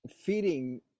feeding